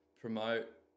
promote